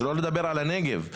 שלא נדבר על הנגב,